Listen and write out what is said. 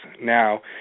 now